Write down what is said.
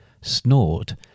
snored